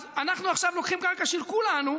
אז אנחנו עכשיו לוקחים את הקרקע של כולנו,